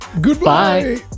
Goodbye